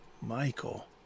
Michael